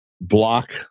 block